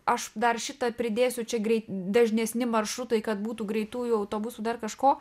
aš dar šį tą pridėsiu čia greit dažnesni maršrutai kad būtų greitųjų autobusų dar kažko